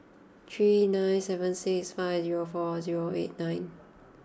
three nine seven six five zero four zero eight nine